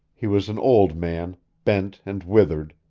he was an old man, bent and withered,